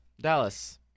Dallas